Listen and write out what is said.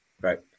right